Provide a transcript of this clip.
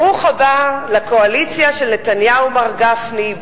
ברוך הבא לקואליציה של נתניהו, מר גפני.